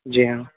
जी हाँ